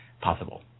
possible